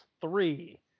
three